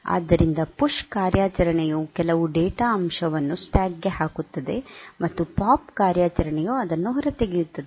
ಆದ್ದರಿಂದ ಪುಶ್ ಕಾರ್ಯಾಚರಣೆಯು ಕೆಲವು ಡೇಟಾ ಅಂಶವನ್ನು ಸ್ಟ್ಯಾಕ್ ಗೆ ಹಾಕುತ್ತದೆ ಮತ್ತು ಪಾಪ್ ಕಾರ್ಯಾಚರಣೆಯು ಅದನ್ನು ಹೊರತೆಗೆಯುತ್ತದೆ